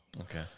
Okay